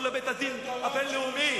את אנשי "גוש שלום", שרצו לבית-הדין הבין-לאומי.